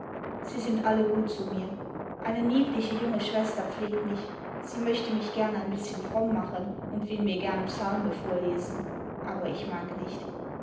sie sind alle gut zu mir eine niedliche junge schwester pflegt mich sie möchte mich gern ein bißchen fromm machen und will mir gern psalme vorlesen aber ich mag nicht